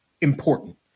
important